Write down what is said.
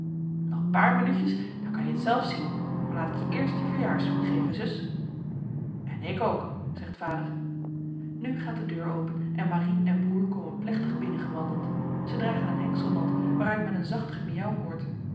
nog een paar minuutjes dan kan je het zelf zien maar laat ik je eerst je verjaarszoen geven zus en ik ook zegt vader nu gaat de deur open en marie en broer komen plechtig binnen gewandeld zij dragen een hengselmand waaruit men een zacht gemiauw hoort